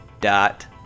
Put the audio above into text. dot